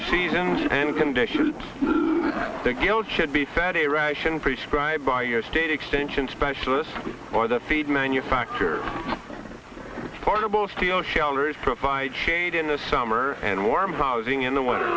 the seasons and conditions think you should be fed a ration prescribed by your state extension specialist or the feed manufacturer portable steel shelters provide shade in the summer and warm housing in the winter